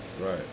Right